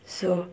so